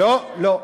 לא, לא.